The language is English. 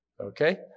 Okay